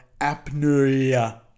apnea